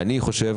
אני חושב